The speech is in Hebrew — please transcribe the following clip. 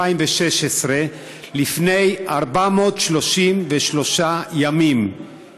שזה אירוע דתי, אחרת מה?